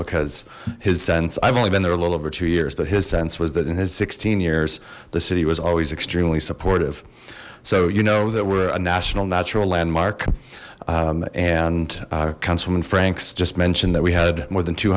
because his sense i've only been there a little over two years but his sense was that in his sixteen years the city was always extremely supportive so you know there were a national natural landmark and councilman frank's just mentioned that we had more than two